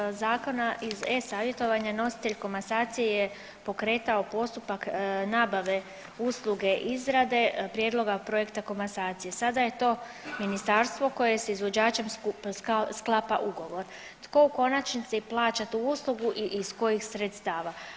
U st. 1. zakona iz e-savjetovanja nositelj komasacije je pokretao postupak nabave usluge i izrade prijedloga projekta komasacije, sada je to ministarstvo koje s izvođačem sklapa ugovor, tko u konačnici plaća tu uslugu i iz kojih sredstava?